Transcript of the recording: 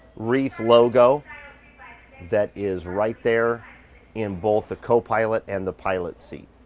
reef logo that is right there in both the co-pilot and the pilot seat.